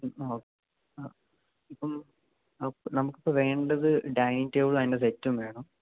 ഓ ഇപ്പം നമുക്കിപ്പോള് വേണ്ടത് ഡൈനിങ്ങ് ടേബിളും അതിൻ്റെ സെറ്റും വേണം